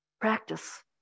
practice